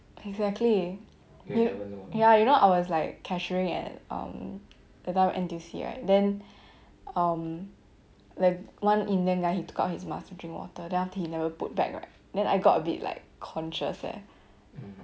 exactly ya you know I was like cashiering at um that time N_T_U_C right then um like one indian guy he took out his mask to drink water then after that he never put back right then I got a bit like conscious eh